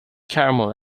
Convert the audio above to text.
caramel